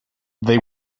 they